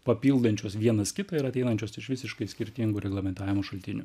papildančios vienas kitą ir ateinančios iš visiškai skirtingų reglamentavimo šaltinių